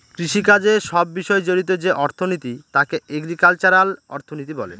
কৃষিকাজের সব বিষয় জড়িত যে অর্থনীতি তাকে এগ্রিকালচারাল অর্থনীতি বলে